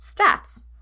stats